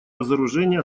разоружения